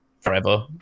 forever